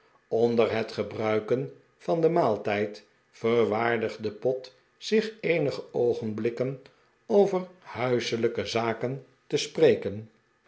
onder het gebruiken van den maaltijd verwaardigde pott zich eenige oogenblikken over huiselijke zaken te spreken